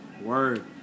word